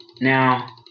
Now